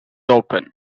open